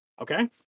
Okay